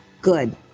Good